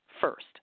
first